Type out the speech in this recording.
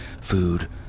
Food